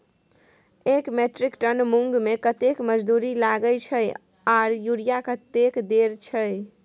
एक metric ton मूंग में कतेक मजदूरी लागे छै आर यूरिया कतेक देर छै?